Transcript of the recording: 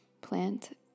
plant